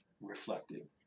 reflected